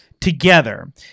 together